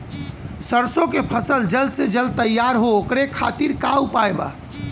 सरसो के फसल जल्द से जल्द तैयार हो ओकरे खातीर का उपाय बा?